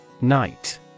Night